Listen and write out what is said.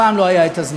הפעם לא היה הזמן.